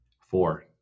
Four